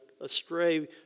astray